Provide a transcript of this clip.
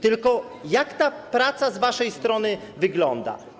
Tylko jak ta praca z waszej strony wygląda?